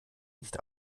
nicht